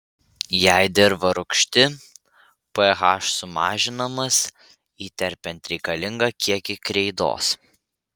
jei dirva rūgšti ph sumažinamas įterpiant reikalingą kiekį kreidos